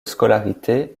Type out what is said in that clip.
scolarité